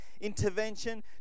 intervention